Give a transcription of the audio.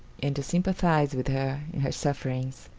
and to sympathize with her in her sufferings.